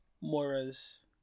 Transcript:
Mora's